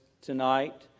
tonight